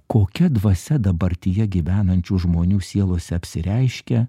kokia dvasia dabartyje gyvenančių žmonių sielose apsireiškia